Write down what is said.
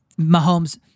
Mahomes